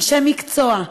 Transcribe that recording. ואנשי מקצוע,